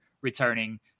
returning